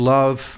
Love